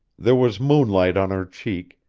there was moonlight on her cheek,